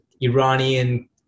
iranian